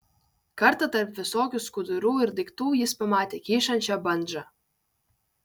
kartą tarp visokių skudurų ir daiktų jis pamatė kyšančią bandžą